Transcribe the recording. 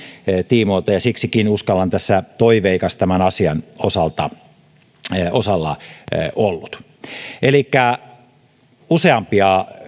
tiimoilta ja siksikin uskallan tässä olla toiveikas tämän asian osalta elikkä on useampia